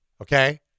Okay